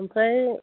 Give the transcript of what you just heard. ओमफ्राय